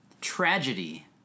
tragedy